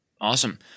Awesome